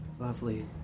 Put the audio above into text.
Lovely